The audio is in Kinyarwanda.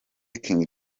king